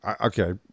Okay